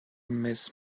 miss